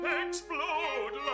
explode